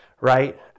right